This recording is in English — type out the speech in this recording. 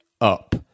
up